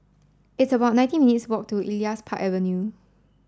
it's about nineteen minutes' walk to Elias Park Avenue